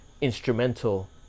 instrumental